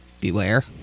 beware